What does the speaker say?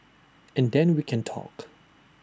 and then we can talk